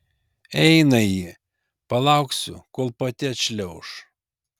eina ji palauksiu kol pati atšliauš